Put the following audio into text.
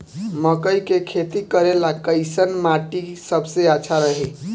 मकई के खेती करेला कैसन माटी सबसे अच्छा रही?